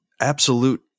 absolute